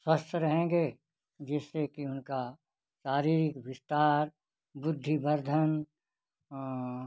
स्वस्थ रहेंगे जिससे कि उनका शारीरिक विस्तार बुद्धि वर्धन और